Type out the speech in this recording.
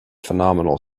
phenomenal